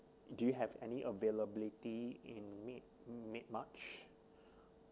do you have any availability in mid mid march